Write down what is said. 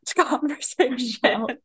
conversation